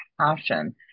passion